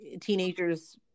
teenagers